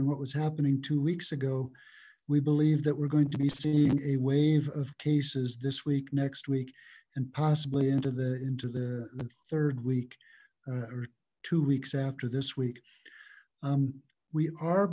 and what was happening two weeks ago we believe that we're going to be seeing a wave of cases this week next week and possibly into the into the third week or two weeks after this week we are